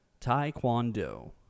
taekwondo